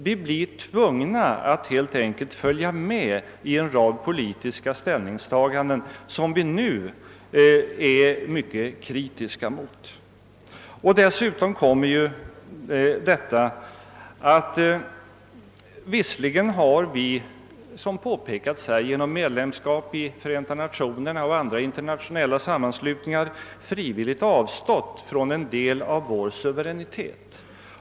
Vi blir helt enkelt tvungna att följa med i en rad politiska ställningstaganden som vi nu ställer oss mycket kritiska mot. Vi har, så argumenterades det, genom medlemskap i Förenta Nationerna och andra internationella sammanslutningar frivilligt avstått från en del av vår suveränitet.